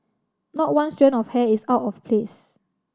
not one strand of hair is out of place